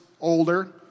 older